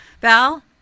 val